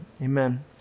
amen